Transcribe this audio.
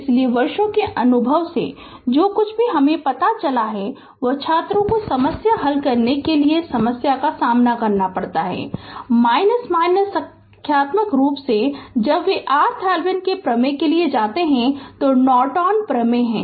इसलिए वर्षों के अनुभव से जो कुछ भी पता चलता है वह छात्रों को समस्या हल करने के लिए समस्या का सामना करना पड़ता है संख्यात्मक रूप से जब वे RThevenin के प्रमेय के लिए जाते हैं तो नॉर्टन प्रमेय हैं